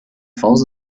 falls